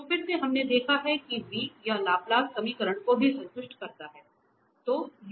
तो फिर से हमने देखा है कि v यह लाप्लास समीकरण को भी संतुष्ट करता है